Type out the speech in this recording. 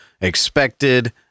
expected